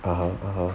(uh huh)